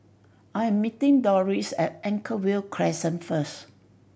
I am meeting Doris at Anchorvale Crescent first